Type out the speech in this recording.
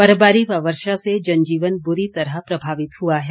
बर्फबारी व वर्षा से जनजीवन बुरी तरह प्रभावित हुआ है